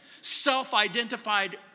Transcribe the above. self-identified